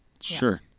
Sure